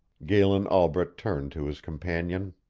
galen albret turned to his companion.